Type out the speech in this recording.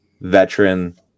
veteran